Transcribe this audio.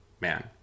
man